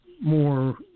more